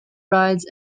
rides